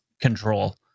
control